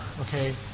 okay